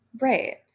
Right